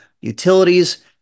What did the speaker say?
utilities